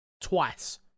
twice